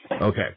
Okay